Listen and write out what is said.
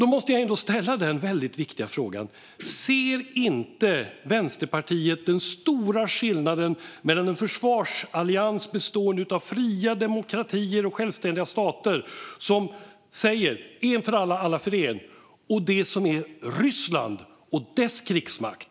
Jag måste ändå ställa den viktiga frågan: Ser inte Vänsterpartiet den stora skillnaden mellan en försvarsallians bestående av fria demokratier och självständiga stater som säger "En för alla, alla för en" och Ryssland och dess krigsmakt?